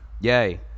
Yay